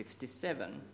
1957